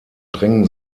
drängen